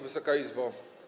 Wysoka Izbo!